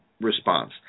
response